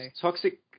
toxic